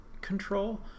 control